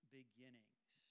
beginnings